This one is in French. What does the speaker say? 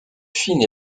fine